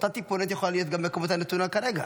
אותה טיפונת יכול להיות גם בכמות הנתונה כרגע.